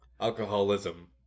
alcoholism